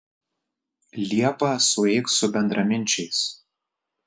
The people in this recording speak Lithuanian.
liepą sueik su bendraminčiais